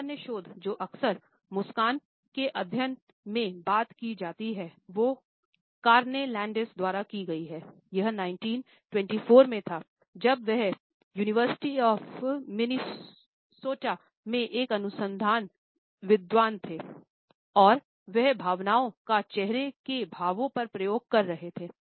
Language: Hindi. एक अन्य शोध जो अक्सर मुस्कान के अध्ययन में बात की जाती है वो कार्नी लैंडिस में एक अनुसंधान विद्वान थे और वह भावनाओं का चेहरे के भावों पर प्रयोग कर रहे थे